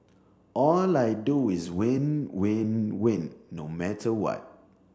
all I do is win win win no matter what